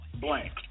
blank